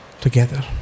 together